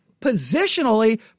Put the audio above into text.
positionally